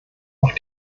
auf